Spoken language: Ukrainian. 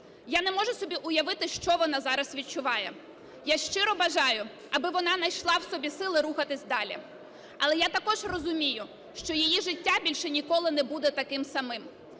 Я не можу собі уявити, що вона зараз відчуває. Я щиро бажаю, аби вона найшла в собі сили рухатись далі. Але я також розумію, що її життя більше ніколи не буде таким самим.